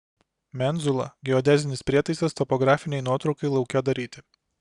menzula geodezinis prietaisas topografinei nuotraukai lauke daryti